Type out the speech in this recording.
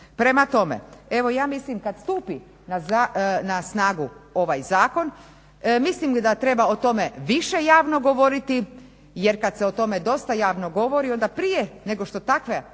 Prema tome, evo ja mislim kad stupi na snagu ovaj zakon, mislim da treba o tome više javno govoriti. Jer kad se o tome dosta javno govori onda prije nego što takve,